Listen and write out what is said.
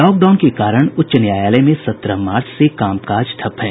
lock down के कारण उच्च न्यायालय में सत्रह मार्च से काम काज ठप्प है